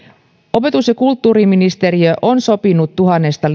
opetus ja kulttuuriministeriö on sopinut tuhannesta